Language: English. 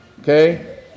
Okay